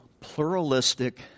pluralistic